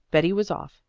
betty was off,